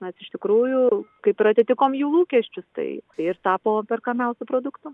mes iš tikrųjų kaip ir atitikom jų lūkesčius tai ir tapo perkamiausiu produktu